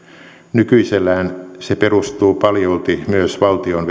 nykyisellään se perustuu paljolti myös valtion